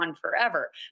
forever